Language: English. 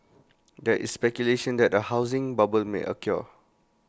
there is speculation that A housing bubble may occur